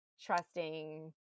trusting